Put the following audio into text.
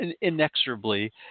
inexorably